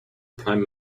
prime